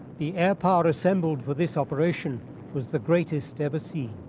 the airpower assembled for this operation was the greatest ever seen.